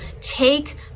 take